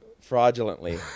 fraudulently